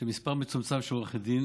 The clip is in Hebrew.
של מספר מצומצם של עורכי דין